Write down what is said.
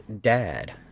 dad